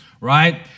Right